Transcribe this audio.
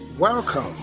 Welcome